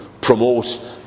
promote